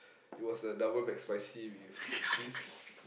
it was a Double McSpicy with cheese